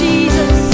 Jesus